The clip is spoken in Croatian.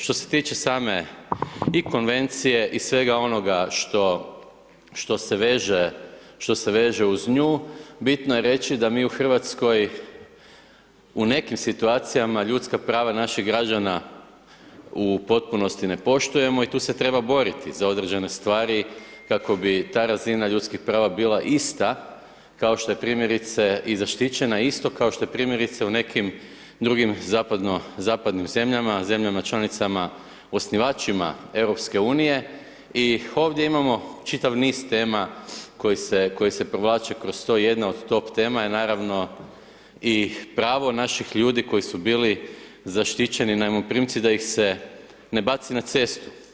Što se tiče same i konvencije i svega onoga što se veže uz nju, bitno je reći da mi u Hrvatskoj u nekim situacijama ljudska prava naših građana u potpunosti ne poštujemo i tu se treba boriti za određene stvari kako bi ta razina ljudskih prava bila ista kao što je primjerice i zaštićena isto kao što je primjerice u nekim drugim zapadnim zemljama, zemljama članicama osnivačima EU-a i ovdje imamo čitav niz tema koje se provlače kroz to, jedna od top tema je naravno i pravo naših ljudi koji su bili zaštićeno najmoprimci da ih se ne baci na cestu.